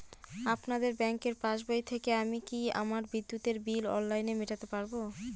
আপনাদের ব্যঙ্কের পাসবই থেকে আমি কি আমার বিদ্যুতের বিল অনলাইনে মেটাতে পারবো?